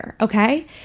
okay